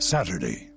Saturday